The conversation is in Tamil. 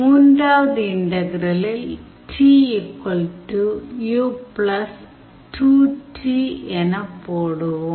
மூன்றாவது இன்டகிரலில் t u 2T எனப் போடுவோம்